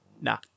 nah